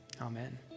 Amen